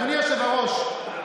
אדוני היושב-ראש,